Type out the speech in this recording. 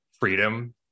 Freedom